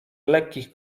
lekkich